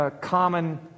common